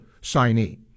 signee